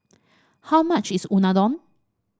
how much is Unadon